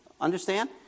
Understand